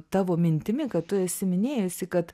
tavo mintimi kad tu esi minėjusi kad